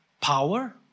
power